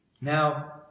Now